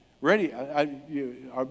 Ready